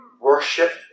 worship